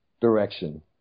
direction